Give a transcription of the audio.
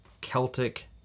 celtic